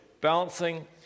balancing